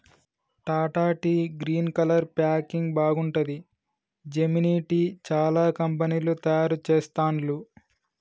Tata tea green colour packing బాగుంటది, Gemini tea, చానా కంపెనీలు తయారు చెస్తాండ్లు